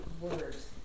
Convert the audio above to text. words